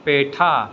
पेठा